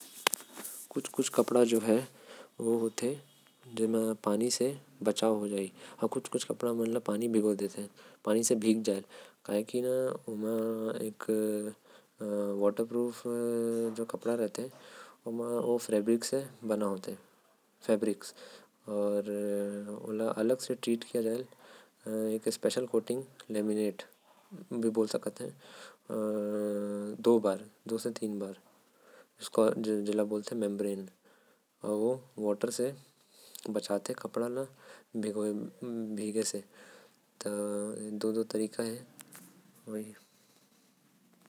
कोनो कोनो कपड़ा होएल ओल पानी से भीगा देते आऊ। कुछ कुछ रहते जेन हर पानी से नो भीगे काबर की जो वॉटरप्रूफ कपड़ा रहीथे। ओ फेब्रिक से बना रहीथे ओला धोए के जरूरत भी नो पड़ते। ओकर म एक अलग कोटिंग करे रहते जेन से ओ भीगते नो ह। कोटिंग दो से तीन बार होएल ।